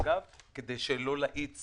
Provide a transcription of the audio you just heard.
אגב, כדי שלא להאיץ